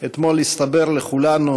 אתמול הסתבר לכולנו